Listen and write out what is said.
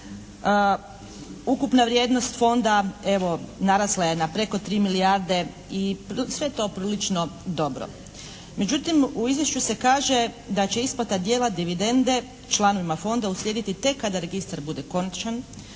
Ukupna vrijednost Fonda evo narasla je na preko 3 milijarde i se je to prilično dobro. Međutim u izvješću se kaže da će isplata dijela dividende članovima Fonda uslijediti tek kada registar bude konačan